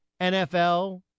NFL